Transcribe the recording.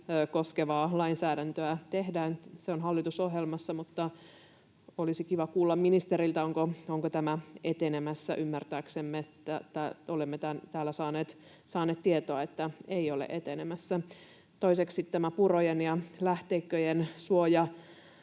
koskevaa lainsäädäntöä tehdään. Se on hallitusohjelmassa, mutta olisi kiva kuulla ministeriltä, onko tämä etenemässä. Ymmärtääksemme olemme täällä saaneet tietoa, että ei ole etenemässä. Toiseksi tämä purojen ja lähteikköjen suoja,